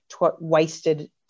wasted